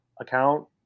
account